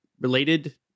related